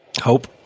Hope